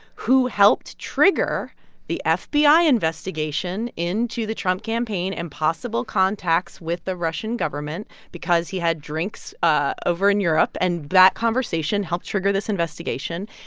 who helped trigger the ah fbi investigation into the trump campaign and possible contacts with the russian government because he had drinks ah over in europe. and that conversation helped trigger this investigation.